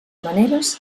maneres